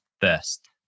first